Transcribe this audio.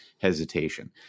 hesitation